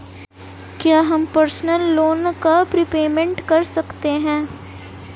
क्या हम personal loan का प्रीपेमेंट कर सकते हैं?